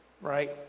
right